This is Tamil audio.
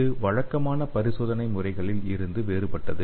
இது வழக்கமான பரிசோதனை முறைகளில் இருந்து வேறுபட்டது